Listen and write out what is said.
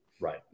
Right